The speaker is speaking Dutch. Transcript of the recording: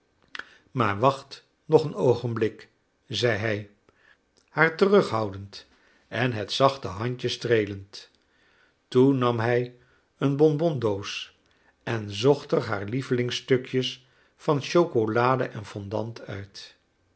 maar wacht nog een oogenblik zeide hij haar terughoudend en het zachte handje streelend toen nam hij een bonbondoos en zocht er haar lievelingsstukjes van chocolade en fondant uit